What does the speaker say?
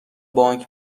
بانک